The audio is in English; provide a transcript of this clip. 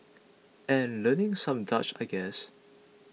and learning some Dutch I guess